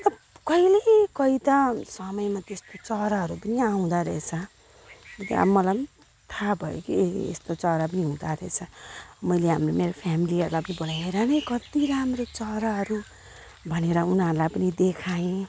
मतलब कहिले कहीँ त समयमा त्यस्तो चराहरू पनि आउँदो रहेछ र मलाई पनि थाहा भयो कि ए यस्तो चराहरू पनि हुँदो रहेछ मैले हाम्रो मेरो फेमिलीहरूलाई पनि बोलाएँ हेर न यो कति राम्रो चराहरू भनेर उनीहरूलाई पनि देखाएँ